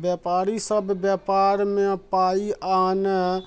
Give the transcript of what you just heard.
व्यापारी सब व्यापार में पाइ आनय